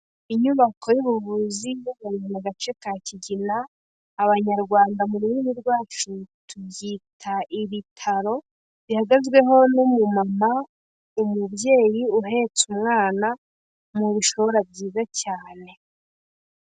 Inyubako y'ubuvuzi mu gace ka Kigina, Abanyarwanda mu rurimi rwacu tubyita ibitaro, bihagazweho n'umu mama, umubyeyi uhetse umwana mu bishora byiza cyane.